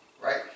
right